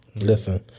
Listen